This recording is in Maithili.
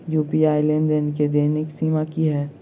यु.पी.आई लेनदेन केँ दैनिक सीमा की है?